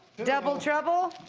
double trouble?